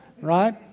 right